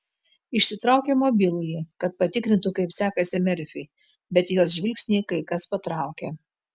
išsitraukė mobilųjį kad patikrintų kaip sekasi merfiui bet jos žvilgsnį kai kas patraukė